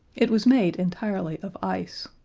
it was made entirely of ice.